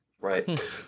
Right